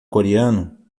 coreano